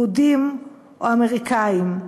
יהודים או אמריקנים.